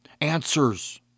answers